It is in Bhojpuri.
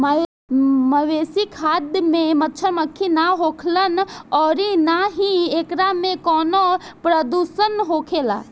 मवेशी खाद में मच्छड़, मक्खी ना होखेलन अउरी ना ही एकरा में कवनो प्रदुषण होखेला